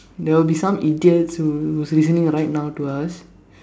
there will be some idiots who who is listening right now to us